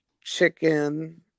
chicken